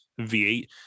V8